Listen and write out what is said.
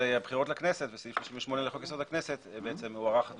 בהארכת הסמכות של הרשויות המקומיות לגבות אגרת שמירה,